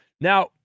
Now